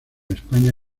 españa